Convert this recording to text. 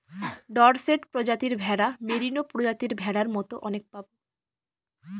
Dorset প্রজাতির ভেড়া, merino প্রজাতির ভেড়ার মতো অনেক পাবো